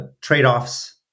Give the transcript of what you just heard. trade-offs